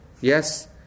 Yes